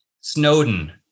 Snowden